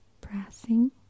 pressing